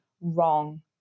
wrong